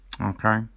Okay